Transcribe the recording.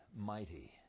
mighty